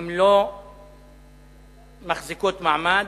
הן לא מחזיקות מעמד,